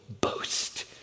boast